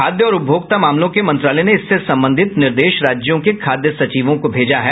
खाद्य और उपभोक्ता मामलों के मंत्रालय ने इससे संबंधित निर्देश राज्यों के खाद्य सचिवों को भेजा है